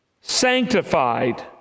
sanctified